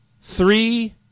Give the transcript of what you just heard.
three